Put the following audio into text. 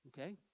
Okay